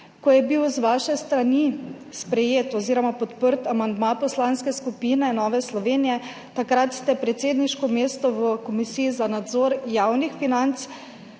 ko je bil z vaše strani sprejet oziroma podprt amandma Poslanske skupine Nova Slovenija. Takrat ste predsedniško mesto v Komisiji za nadzor javnih financ,